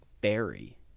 berry